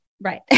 Right